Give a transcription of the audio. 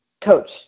Coach